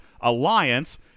alliance